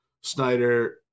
Snyder